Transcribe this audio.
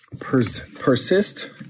persist